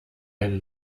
einen